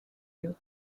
you